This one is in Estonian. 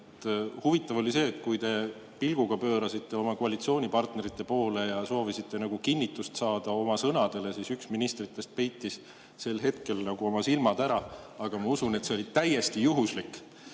Huvitav oli see, et kui te pilgu pöörasite oma koalitsioonipartnerite poole ja soovisite nagu kinnitust saada oma sõnadele, siis üks ministritest peitis sel hetkel oma silmad ära. Aga ma usun, et see oli täiesti juhuslik.